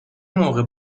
موقع